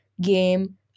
game